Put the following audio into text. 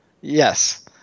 Yes